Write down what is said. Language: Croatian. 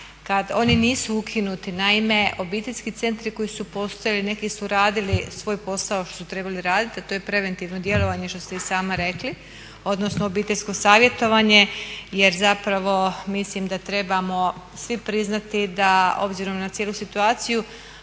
kada oni nisu ukinuti. Naime, obiteljski centri koji su postojali neki su radili svoj posao što su trebali raditi, a to je preventivno djelovanje što ste i sama rekli odnosno obiteljsko savjetovanje jer mislim da trebamo svi priznati da obzirom na cijelu situaciju